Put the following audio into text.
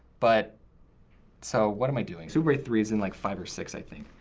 but so what am i doing? sooubway three s in like five or six, i think.